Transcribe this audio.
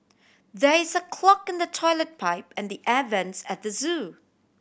there is a clog in the toilet pipe and the air vents at the zoo